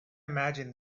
imagine